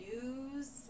news